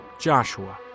Joshua